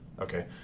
Okay